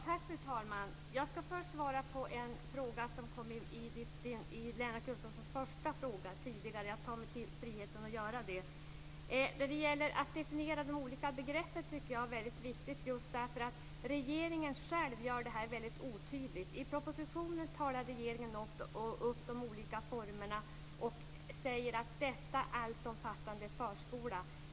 Fru talman! Jag ska först svara på en fråga som ställdes i Lennart Gustavssons första replik. Jag tar mig friheten att göra det. Det är väldigt viktigt att definiera de olika begreppen eftersom regeringen själv gör detta väldigt otydligt. I propositionen tar regeringen upp de olika formerna, och säger att allt detta omfattar förskola.